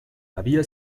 había